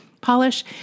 polish